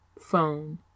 phone